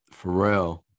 Pharrell